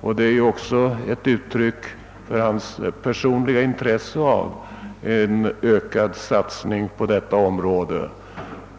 och det är ett uttryck för hans personliga intresse av en ökad satsning på detta område.